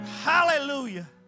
hallelujah